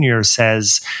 says